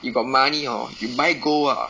you got money hor you buy gold ah